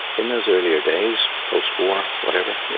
in those earlier days, post-war, whatever, you